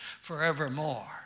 forevermore